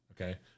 okay